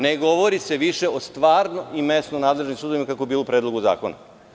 Ne govori se više o stvarno i mesno nadležnim sudovima kako je bilo u Predlogu zakona.